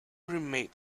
roommate